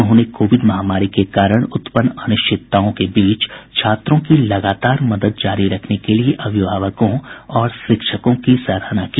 उन्होंने कोविड महामारी के कारण उत्पन्न अनिश्चितताओं के बीच छात्रों की लगातार मदद जारी रखने के लिए अभिभावकों और शिक्षकों की सराहना की